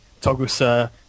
Togusa